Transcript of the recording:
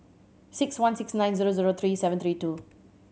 six one six nine zero zero three seven three two